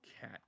Cat